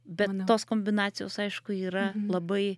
bet tos kombinacijos aišku yra labai